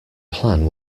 plan